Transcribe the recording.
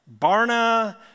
Barna